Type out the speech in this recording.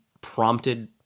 prompted